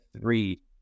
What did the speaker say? three